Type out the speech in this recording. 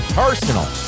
personal